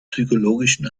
psychologischen